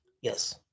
Yes